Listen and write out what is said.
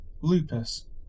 Lupus